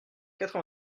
quatre